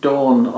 Dawn